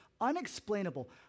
unexplainable